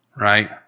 right